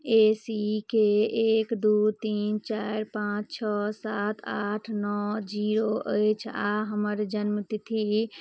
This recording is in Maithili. ए सी के एक दू तीन चारि पाँच छओ सात आठ नओ जीरो अछि आ हमर जन्म तिथि